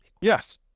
Yes